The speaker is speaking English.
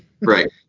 Right